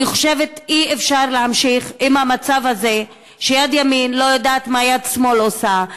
אני חושבת שאי-אפשר להמשיך במצב הזה שיד ימין לא יודעת מה יד שמאל עושה,